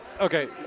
Okay